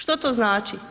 Što to znači?